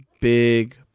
big